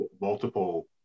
multiple